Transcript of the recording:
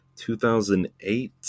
2008